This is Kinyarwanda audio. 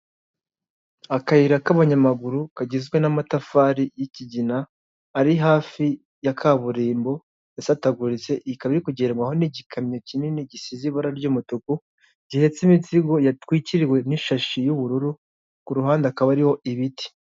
Akayira k'amanyamaguru kagizwe n'amatafari y'ikigina ari hafi ya kaburimbo yasataguritse ikaba iri kugendwaho n'igikamyo kinini gisize ibara ry'umutuku, gihetse imizigo yatwikiriwe n'ishashi y'ubururu, ku ruhande hakaba hariho ibiti.